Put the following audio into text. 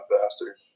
faster